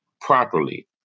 properly